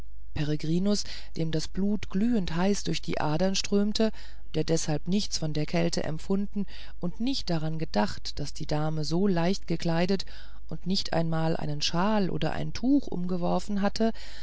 peregrinus dem das blut glühendheiß durch die adern strömte der deshalb nichts von der kälte empfunden und nicht daran gedacht daß die dame so leicht gekleidet und nicht einmal einen shawl oder ein tuch umgeworfen hatte